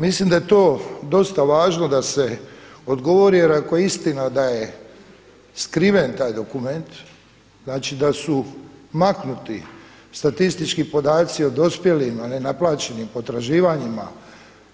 Mislim da je to dosta važno da se odgovori, jer ako je istina da je skriven taj dokument, znači da su maknuti statistički podaci o dospjelim a nenaplaćenim potraživanjima